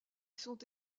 sont